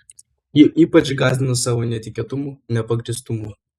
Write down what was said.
ji ypač gąsdino savo netikėtumu nepagrįstumu